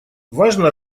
важно